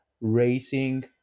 racing